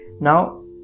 now